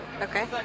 Okay